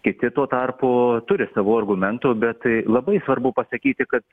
kiti tuo tarpu turi savų argumentų bet labai svarbu pasakyti kad